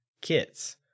kits